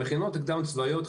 המכינות הקדם הצבאיות,